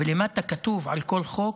ולמטה כתוב על כל חוק: